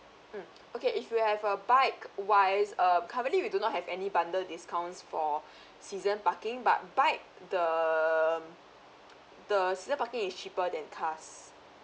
mm okay if you have a bike wise uh currently we do not have any bundle discounts for season parking but bike the the season parking is cheaper than cars